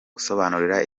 gusobanura